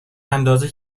اندازه